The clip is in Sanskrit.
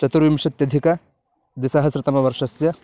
चतुर्विंशत्यधिकद्विसहस्रतमवर्षस्य